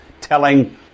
telling